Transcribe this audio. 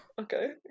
Okay